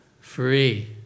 free